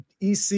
EC